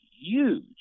huge